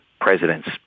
president's